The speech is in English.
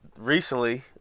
recently